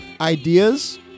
ideas